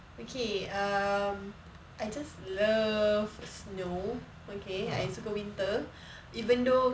okay um I just love snow okay I suka winter even though